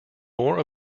more